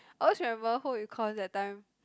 I always remember home-econs that time